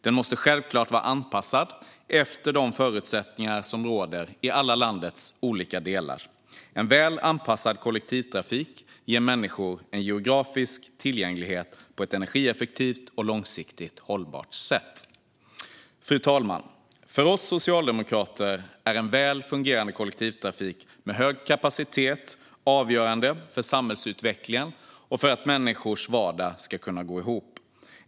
Den måste självklart vara anpassad efter de förutsättningar som råder i landets alla olika delar. En väl anpassad kollektivtrafik ger människor en geografisk tillgänglighet på ett energieffektivt och långsiktigt hållbart sätt. Fru talman! För oss socialdemokrater är en väl fungerande kollektivtrafik med hög kapacitet avgörande för samhällsutvecklingen och för att människors vardag ska kunna gå ihop.